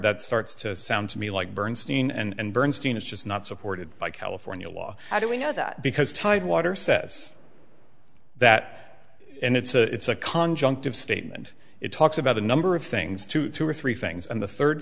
that starts to sound to me like bernstein and bernstein is just not supported by california law how do we know that because tidewater says that and it's a con junked of statement it talks about a number of things to two or three things and the third